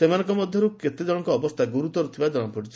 ସେମାନଙ୍କ ମଧ୍ଧରୁ କେତେକ ଜଣଙ୍କର ଅବସ୍ଥା ଗୁରୁତର ଥିବା ଜଣାପଡ଼ିଛି